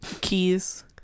Keys